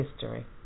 history